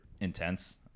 intense